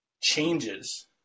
changes